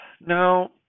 Now